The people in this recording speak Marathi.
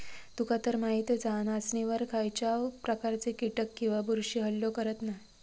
तुकातर माहीतच हा, नाचणीवर खायच्याव प्रकारचे कीटक किंवा बुरशी हल्लो करत नाय